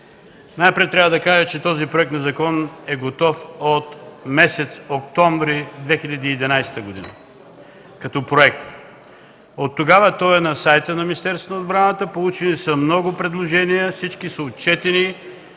Най-напред трябва да кажа, че този Проект на закон е готов от месец октомври 2011 г. – като проект. От тогава той е на сайта на Министерството на отбраната, получени са много предложения. Всички са отчетени